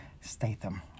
Statham